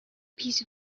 piece